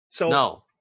No